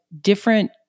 different